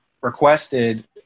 requested